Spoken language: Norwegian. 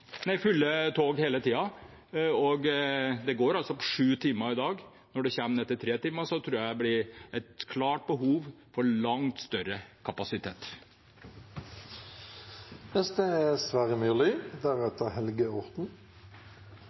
Det går på sju timer i dag. Når vi kommer ned til tre timer, tror jeg det er et klart behov for langt større